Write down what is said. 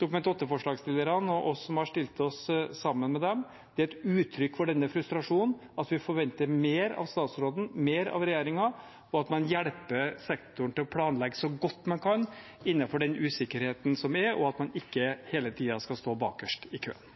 Dokument 8-forslagsstillerne og oss som har stilt oss sammen med dem, er et uttrykk for denne frustrasjonen, at vi forventer mer av statsråden, mer av regjeringen, at man hjelper sektoren til å planlegge så godt man kan innenfor den usikkerheten som er, og at man ikke hele tiden skal stå bakerst i køen.